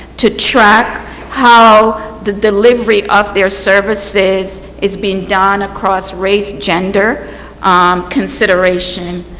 to track how the delivery of their services is being done across race, gender consideration.